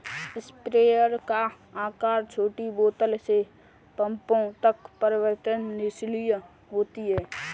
sprayer का आकार छोटी बोतल से पंपों तक परिवर्तनशील होता है